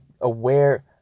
aware